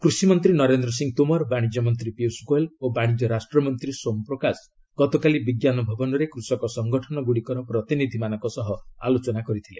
କୃଷିମନ୍ତ୍ରୀ ନରେନ୍ଦ୍ର ସିଂ ତୋମର ବାଣିଜ୍ୟ ମନ୍ତ୍ରୀ ପୀୟୁଷ ଗୋୟଲ୍ ଓ ବାଣିଜ୍ୟ ରାଷ୍ଟ୍ରମନ୍ତ୍ରୀ ସୋମ୍ ପ୍ରକାଶ ଗତକାଲି ବିଜ୍ଞାନ ଭବନରେ କୃଷକ ସଙ୍ଗଠନଗ୍ରଡ଼ିକର ପ୍ରତିନିଧିମାନଙ୍କ ସହ ଆଲୋଚନା କରିଥିଲେ